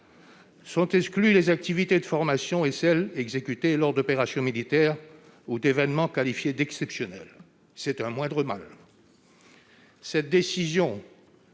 Sont exclues les activités de formation et celles qui sont exécutées lors d'opérations militaires ou d'événements qualifiés d'exceptionnels. C'est un moindre mal ! Cette décision